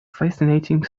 fascinating